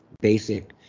basic